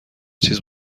چیز